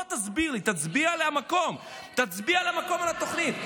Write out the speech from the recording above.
בוא תסביר לי, תצביע על המקום ועל התוכנית.